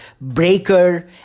Breaker